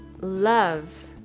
love